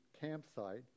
campsite